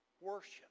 worship